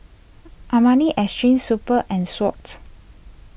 Armani Exchange Super and Swatch